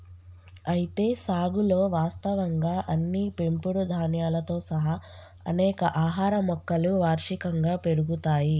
అయితే సాగులో వాస్తవంగా అన్ని పెంపుడు ధాన్యాలతో సహా అనేక ఆహార మొక్కలు వార్షికంగా పెరుగుతాయి